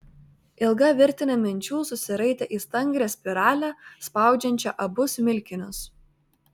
ilga virtinė minčių susiraitė į stangrią spiralę spaudžiančią abu smilkinius